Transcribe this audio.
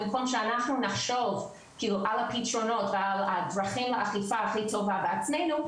במקום שאנחנו נחשוב על הפתרונות ועל דרכי אכיפה הכי טובה בעצמנו,